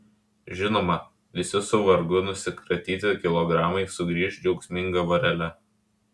žinoma visi su vargu nusikratyti kilogramai sugrįš džiaugsminga vorele